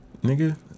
nigga